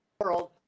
world